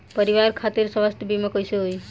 परिवार खातिर स्वास्थ्य बीमा कैसे होई?